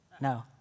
No